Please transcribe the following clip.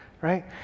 right